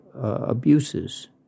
abuses